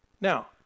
Now